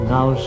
Now